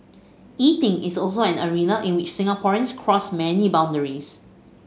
eating is also an arena in which Singaporeans cross many boundaries